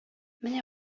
менә